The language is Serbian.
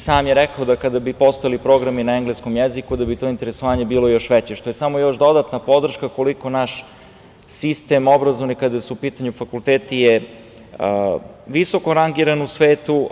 Sam je rekao kada bi postojali programi na engleskom jeziku da bi to interesovanje bilo još veće, što je samo još dodatna podrška koliko naš obrazovni sistem kada su u pitanju fakulteti je visoko rangiran u svetu.